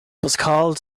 pasquale